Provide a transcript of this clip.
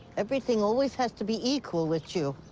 everything always has to be equal with you.